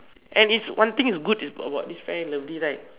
and it's one thing is good is about what this fan lovely right